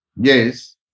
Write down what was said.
Yes